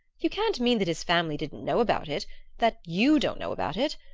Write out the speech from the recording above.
you can't mean that his family didn't know about it that you don't know about it?